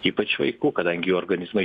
ypač vaikų kadangi organizmai